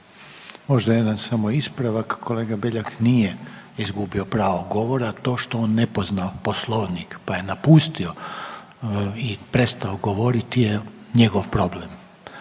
Možda jedan samo ispravak, kolega Beljak nije izgubio pravo govora, a to što on ne poznaje Poslovnik, pa je napustio i prestao govoriti je njegov problem,